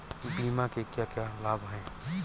बीमा के क्या क्या लाभ हैं?